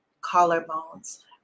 collarbones